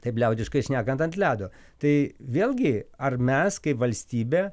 taip liaudiškai šnekant ant ledo tai vėlgi ar mes kaip valstybė